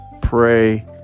pray